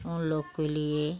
उन लोग के लिए